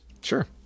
sure